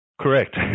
Correct